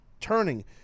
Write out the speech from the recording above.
turning